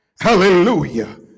hallelujah